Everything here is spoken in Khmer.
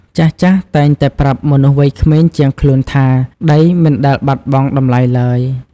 ចាស់ៗតែងតែប្រាប់មនុស្សវ័យក្មេងជាងខ្លួនថា ដីមិនដែលបាត់បង់តម្លៃឡើយ។